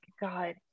God